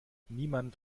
niemand